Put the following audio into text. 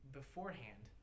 beforehand